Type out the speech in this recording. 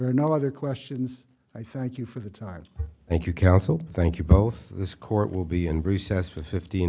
no other questions i thank you for the time thank you counsel thank you both this court will be in recess for fifteen